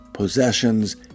possessions